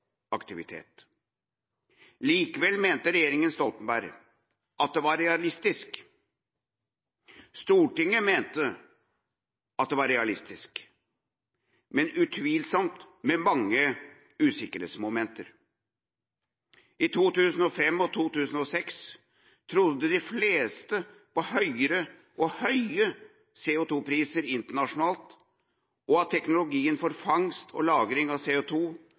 Likevel mente regjeringa Stoltenberg at det var realistisk, og Stortinget mente at det var realistisk – men utvilsomt med mange usikkerhetsmomenter. I 2005 og 2006 trodde de fleste på høyere, og høye, CO2-priser internasjonalt og at teknologien for fangst og lagring av